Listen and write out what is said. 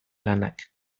lanak